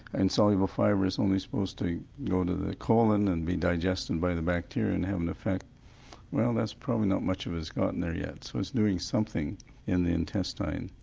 insoluble fibre is only supposed to go to the colon and be digested by the bacteria and have an effect well that's probably not much of it has gotten there yet so it's going something in the intestine.